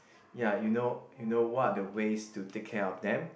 ya you know you know what are the ways to take care of them